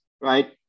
Right